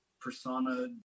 persona